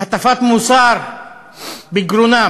הטפת מוסר בגרונם.